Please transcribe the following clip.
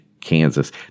Kansas